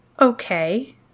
okay